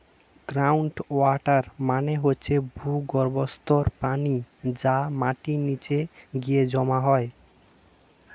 ground water মানে হচ্ছে ভূগর্ভস্থ পানি যা মাটির নিচে গিয়ে জমা হয়